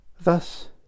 Thus